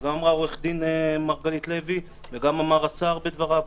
שגם אמרה עו"ד מרגלית לוי וגם אמר השר בדבריו.